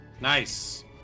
nice